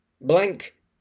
blank